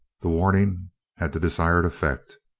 the warning had the desired effect.